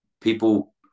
people